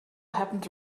happened